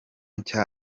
nshya